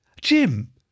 Jim